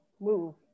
move